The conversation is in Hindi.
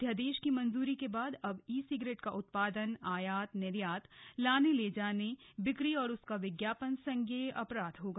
अध्यादेश की मंजूरी के बाद अब ई सिगरेट का उत्पादन आयात निर्यात लाने ले जाने बिक्री और उसका विज्ञापन संज्ञेय अपराध होगा